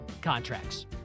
contracts